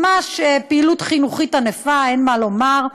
ממש פעילות חינוכית ענפה, אין מה לומר.